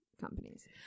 companies